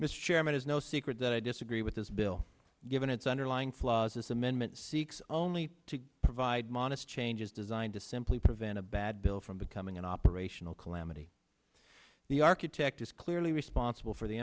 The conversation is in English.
mr chairman is no secret that i disagree with this bill given its underlying flaws its amendment seeks only to provide modest changes designed to simply prevent a bad bill from the coming in operational calamity the architect is clearly responsible for the